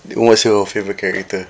then what's your favourite character